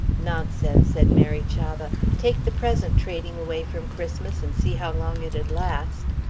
nonsense, said mary chavah, take the present trading away from christmas and see how long it'd last.